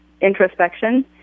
introspection